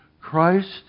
Christ